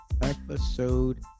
episode